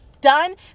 done